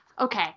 okay